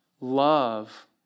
Love